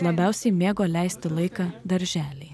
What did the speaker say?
labiausiai mėgo leisti laiką darželyje